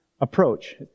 approach